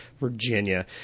Virginia